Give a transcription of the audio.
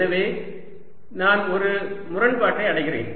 எனவே நான் ஒரு முரண்பாட்டை அடைகிறேன்